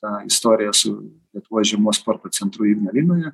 tą istoriją su lietuvos žiemos sporto centru ignalinoje